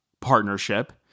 partnership